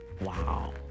Wow